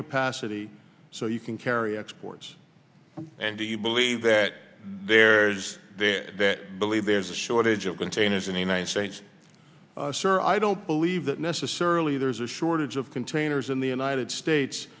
capacity so you can carry exports and do you believe that there's there that believe there's a shortage of containers in the united states sir i don't believe that necessarily there's a shortage of containers in the united states